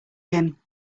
him